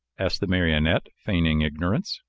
asked the marionette, feigning ignorance.